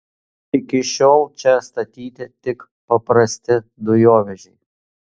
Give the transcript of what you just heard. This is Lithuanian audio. iki šiol čia statyti tik paprasti dujovežiai